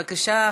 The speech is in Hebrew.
בבקשה,